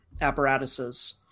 apparatuses